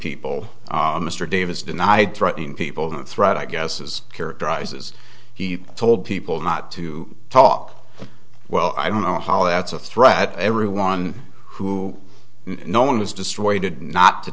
people mr davis denied threatening people the threat i guess is characterizes he told people not to talk well i don't know how that's a threat everyone who no one was destroyed did not to